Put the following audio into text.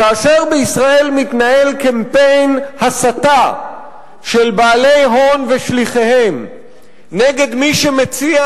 כאשר בישראל מתנהל קמפיין הסתה למען בעלי הון ונגד מי שמציע